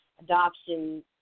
adoption